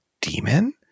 demon